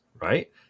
right